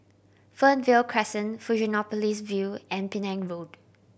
Fernvale Crescent Fusionopolis View and Penang Road